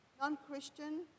non-Christian